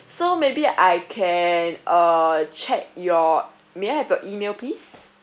so maybe I can uh check your may I have your email please